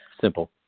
Simple